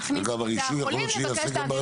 להכניס --- אגב,